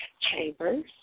Chambers